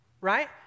Right